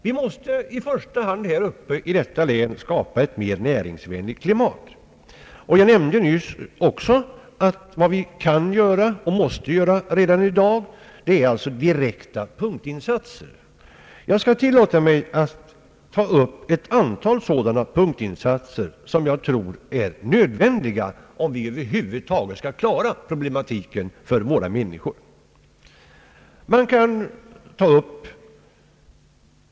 Vi måste i första hand uppe i detta län skapa ett mer näringsvänligt klimat. Jag nämnde nyss att vad vi kan och måste göra redan i dag är direkta punktinsatser. Jag skall tillåta mig att ta upp ett antal sådana punktinsatser som jag tror är nödvändiga om vi över huvud taget skall kunna klara problemen för människorna där uppe.